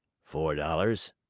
four dollars.